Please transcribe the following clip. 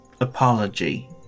apology